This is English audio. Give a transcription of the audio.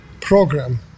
program